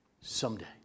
someday